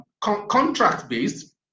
contract-based